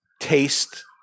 taste